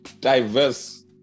diverse